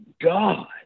god